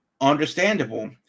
understandable